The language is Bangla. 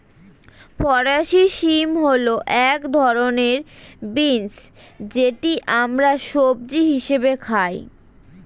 ফরাসি শিম হল এক ধরনের বিন্স যেটি আমরা সবজি হিসেবে খাই